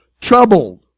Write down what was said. troubled